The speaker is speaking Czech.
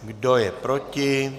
Kdo je proti?